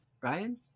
Ryan